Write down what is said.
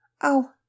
Oh